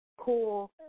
cool